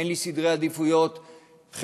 אין לי סדר עדיפויות חברתי,